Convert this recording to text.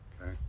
Okay